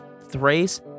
Thrace